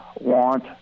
want